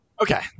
Okay